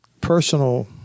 personal